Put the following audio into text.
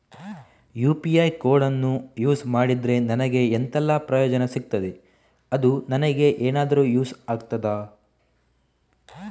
UPI ಕೋಡನ್ನು use ಮಾಡಿದ್ರೆ ನನಗೆ ಎಂಥೆಲ್ಲಾ ಪ್ರಯೋಜನ ಸಿಗ್ತದೆ, ಅದು ನನಗೆ ಎನಾದರೂ ಯೂಸ್ ಆಗ್ತದಾ?